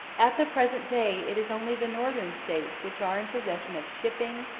at the present day it is only the northern states which are in possession of shipping,